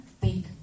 big